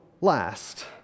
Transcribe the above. last